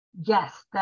Yes